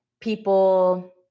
people